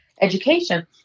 education